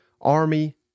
army